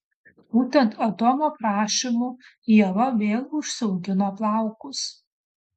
būtent adomo prašymu ieva vėl užsiaugino plaukus